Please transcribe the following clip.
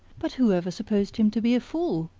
but who ever supposed him to be a fool?